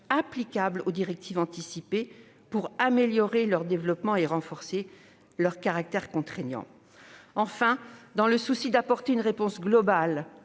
applicable aux directives anticipées pour améliorer leur développement et renforcer leur caractère contraignant. Enfin, dans le souci d'apporter une réponse globale